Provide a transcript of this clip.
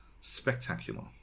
spectacular